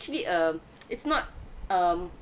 actually err it's not um